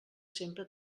sempre